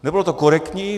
Nebylo to korektní.